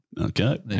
Okay